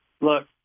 look